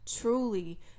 truly